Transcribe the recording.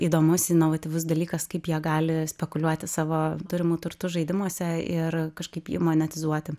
įdomus inovatyvus dalykas kaip jie gali spekuliuoti savo turimu turtu žaidimuose ir kažkaip ji monetizuoti